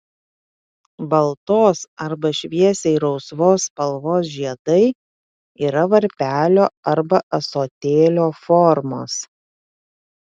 baltos arba šviesiai rausvos spalvos žiedai yra varpelio arba ąsotėlio formos